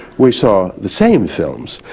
we saw the same films,